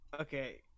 Okay